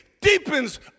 deepens